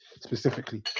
specifically